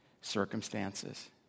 circumstances